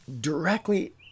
directly